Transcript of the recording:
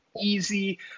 easy